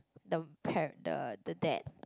the parent the the dad